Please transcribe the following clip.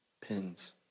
Pins